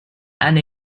and